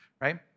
right